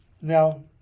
Now